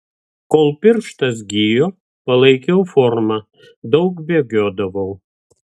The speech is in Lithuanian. kol pirštas gijo palaikiau formą daug bėgiodavau